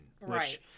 Right